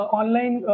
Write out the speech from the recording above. online